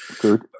Good